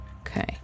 Okay